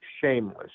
shameless